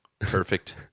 Perfect